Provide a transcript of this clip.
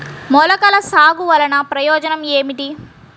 మొలకల సాగు వలన ప్రయోజనం ఏమిటీ?